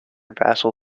vassal